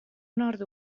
nord